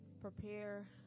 prepare